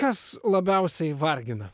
kas labiausiai vargina